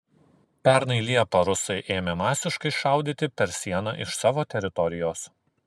pernai liepą rusai ėmė masiškai šaudyti per sieną iš savo teritorijos